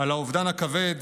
על האובדן הכבד